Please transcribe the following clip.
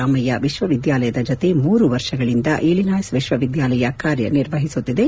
ರಾಮಯ್ಯ ವಿಶ್ವವಿದ್ಯಾಲಯದ ಜತೆ ಮೂರು ವರ್ಷಗಳಿಂದ ಇಲಿನಾಯ್ಸ್ ವಿಶ್ವವಿದ್ಯಾಲಯ ಕಾರ್ಯನಿರ್ವಹಿಸುತ್ತಿದೆ